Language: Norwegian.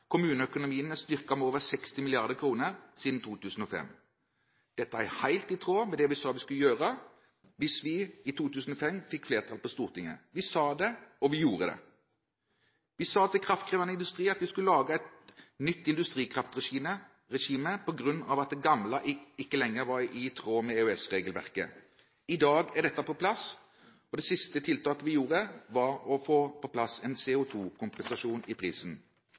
kommuneøkonomien er styrket med over 60 mrd. kr siden 2005. Dette er helt i tråd med det vi sa vi skulle gjøre hvis vi i 2005 fikk flertall på Stortinget. Vi sa det, og vi gjorde det. Vi sa til kraftkrevende industri at vi skulle lage et nytt industrikraftregime på grunn av at det gamle ikke lenger var i tråd med EØS-regelverket. I dag er dette på plass. Og det siste tiltaket vi gjorde, var å få på plass en CO2-kompensasjon i prisen.